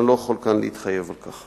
אני לא יכול כאן להתחייב על כך.